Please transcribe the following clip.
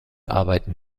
arbeiten